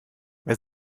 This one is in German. wer